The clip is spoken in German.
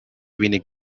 wenig